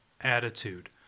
attitude